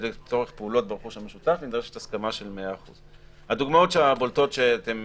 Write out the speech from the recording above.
שלצורך פעולות ברכוש המשותף נדרשת הסכמה של 100%. הדוגמאות הבולטות שאתם